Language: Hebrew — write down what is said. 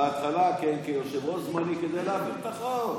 בהתחלה, כן, כיושב-ראש זמני, כדי להעביר את החוק.